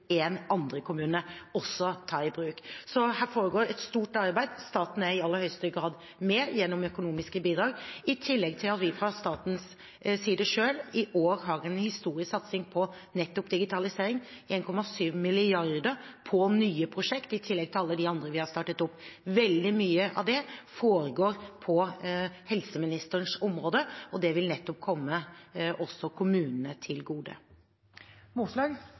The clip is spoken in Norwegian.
andre kommunene også ta i bruk. Så her foregår et stort arbeid. Staten er i aller høyeste grad med gjennom økonomiske bidrag. I tillegg har vi fra statens side selv i år en historisk satsing på nettopp digitalisering – 1,7 mrd. kr på nye prosjekter, i tillegg til alle de andre vi har startet opp. Veldig mye av det foregår på helseministerens område, og det vil nettopp komme også kommunene til